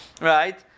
right